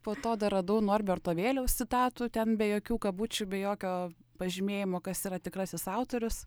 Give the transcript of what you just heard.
po to dar radau norberto vėliaus citatų ten be jokių kabučių be jokio pažymėjimo kas yra tikrasis autorius